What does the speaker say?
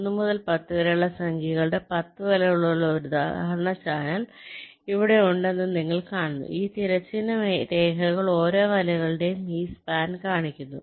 1 മുതൽ 10 വരെയുള്ള സംഖ്യകളുള്ള 10 വലകളുള്ള ഒരു ഉദാഹരണ ചാനൽ ഇവിടെ ഉണ്ടെന്ന് നിങ്ങൾ കാണുന്നു ഈ തിരശ്ചീന രേഖകൾ ഓരോ വലകളുടെയും ഈ സ്പാൻ കാണിക്കുന്നു